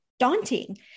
daunting